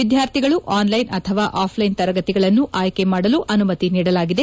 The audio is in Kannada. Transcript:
ವಿದ್ಯಾರ್ಥಿಗಳು ಆನ್ಲ್ವೆನ್ ಅಥವಾ ಆಫ್ಲ್ವೆನ್ ತರಗತಿಗಳನ್ನು ಆಯ್ಲೆ ಮಾಡಲು ಅನುಮತಿ ನೀಡಲಾಗಿದೆ